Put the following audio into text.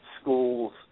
schools